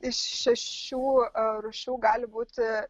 iš šešių rūšių gali būti